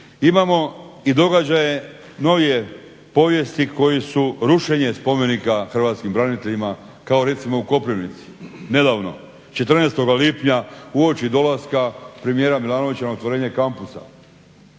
Imamo i događaje novije povijesti koji su rušenje spomenika hrvatskim braniteljima kao recimo u Koprivnici. Nedavno, 14.lipnja uoči dolaska premijera Milanovića na otvorenje kampusa.